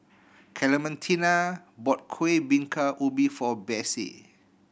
Clementina bought Kuih Bingka Ubi for Besse